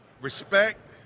respect